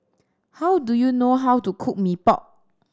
how do you know how to cook Mee Pok